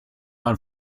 man